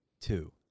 two